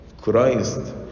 Christ